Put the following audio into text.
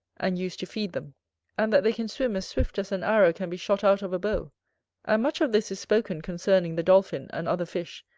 and use to feed them and that they can swim as swift as an arrow can be shot out of a bow and much of this is spoken concerning the dolphin, and other fish,